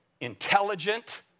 intelligent